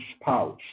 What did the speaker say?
spouse